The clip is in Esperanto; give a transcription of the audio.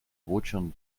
voĉon